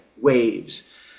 waves